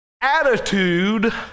attitude